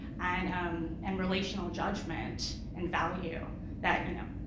and um and relational judgment and value that, you know,